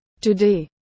Today